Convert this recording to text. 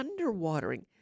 underwatering